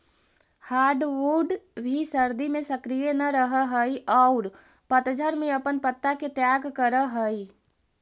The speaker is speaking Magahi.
हार्डवुड भी सर्दि में सक्रिय न रहऽ हई औउर पतझड़ में अपन पत्ता के त्याग करऽ हई